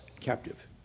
captive